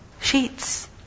Sheets